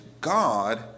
God